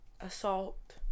assault